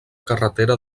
carretera